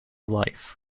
life